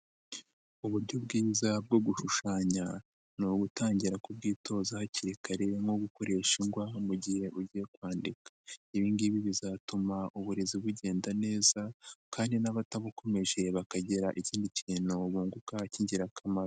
Uburyo bwiza bwo gushushanya ni ugutangira kubwitoza hakiri kare nko gukoresha ingwa mu gihe ugiye kwandika, ibi ngibi bizatuma uburezi bugenda neza kandi n'abatabukomeje bakagira ikindi kintu bunguka cy'ingirakamaro.